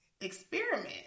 experiment